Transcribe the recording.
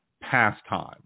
pastime